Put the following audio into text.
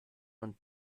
und